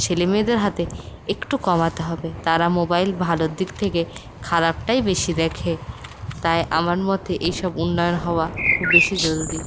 ছেলে মেয়েদের হাতে একটু কমাতে হবে তারা মোবাইল ভালোর দিক থেকে খারাপটাই বেশি দেখে তাই আমার মতে এসব উন্নয়ন হওয়া বেশি জরুরি